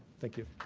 thank you.